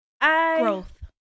Growth